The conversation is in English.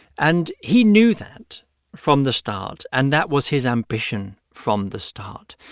and he knew that from the start, and that was his ambition from the start.